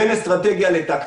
בין אסטרטגיה לטקטיקה: